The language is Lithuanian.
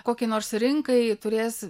kokiai nors rinkai turės